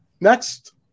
Next